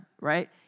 right